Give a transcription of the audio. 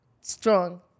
strong